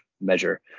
measure